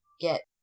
get